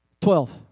Twelve